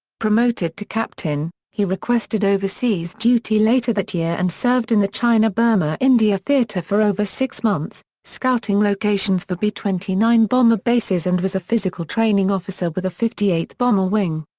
promoted to captain, he requested overseas duty later that year and served in the china-burma-india theater for over six months, scouting locations for b twenty nine bomber bases and was a physical training officer with the fifty eighth bomber wing.